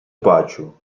бачу